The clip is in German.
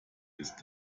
ist